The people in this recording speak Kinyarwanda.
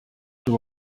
icyo